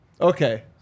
Okay